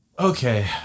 Okay